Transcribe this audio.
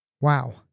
Wow